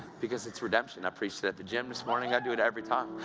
because it's redemption. i preached at the gym this morning, i do it every time.